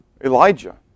Elijah